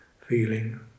feeling